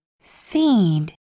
Seed